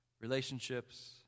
relationships